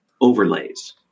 overlays